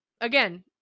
again